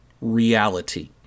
reality